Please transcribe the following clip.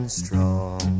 strong